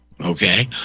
Okay